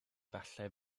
falle